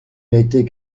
n’était